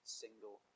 single